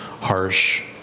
harsh